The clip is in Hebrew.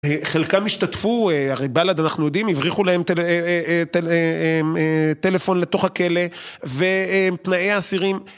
חלקם השתתפו, הרי בל״ד אנחנו יודעים, הבריחו להם טלפון לתוך הכלא ותנאי האסירים